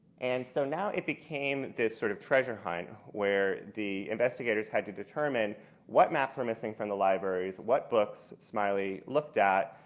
and so now it became this sort of treasure hunt when the investigators had to determine what maps were missing from the libraries, what books smiley looked at,